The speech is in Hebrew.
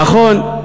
נכון,